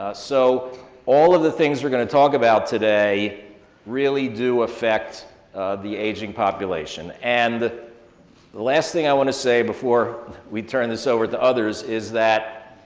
ah so all of the things we're gonna talk about today really do affect the aging population. and the last thing i wanna say before we turn this over to others is that